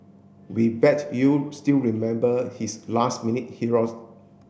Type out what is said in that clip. we bet you still remember his last minute heroes